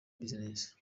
business